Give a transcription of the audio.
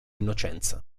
innocenza